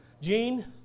Gene